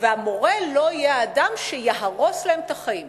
והמורה לא יהיה האדם שיהרוס להם את החיים.